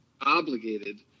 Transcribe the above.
obligated